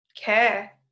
care